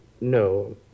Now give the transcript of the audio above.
No